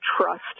trust